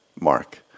Mark